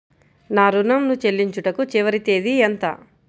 నా ఋణం ను చెల్లించుటకు చివరి తేదీ ఎంత?